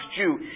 Jew